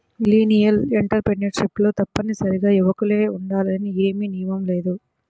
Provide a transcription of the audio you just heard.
millennial ఎంటర్ప్రెన్యూర్లు తప్పనిసరిగా యువకులే ఉండాలని ఏమీ నియమం లేదు